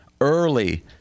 early